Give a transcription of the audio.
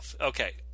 Okay